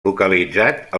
localitzat